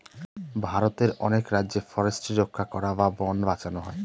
ভারতের অনেক রাজ্যে ফরেস্ট্রি রক্ষা করা বা বোন বাঁচানো হয়